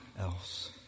else